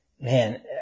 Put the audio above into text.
man